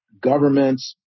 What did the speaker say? governments